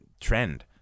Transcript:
trend